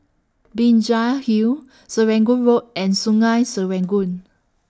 Binjai Hill Serangoon Road and Sungei Serangoon